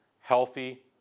healthy